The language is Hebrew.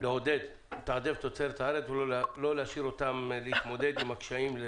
לעודד ולתעדף תוצרת הארץ ולא להשאיר אותם להתמודד לבד עם הקשים.